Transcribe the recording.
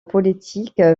politique